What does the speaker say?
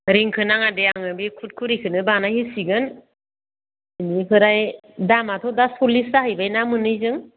रिंखौ नाङा दे आङो बे खुरखुरिखौनो बानाय होसिगोन बिनिफ्राय दामआथ' दा सल्लिस जाहैबायना मोननैजों